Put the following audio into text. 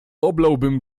oblałbym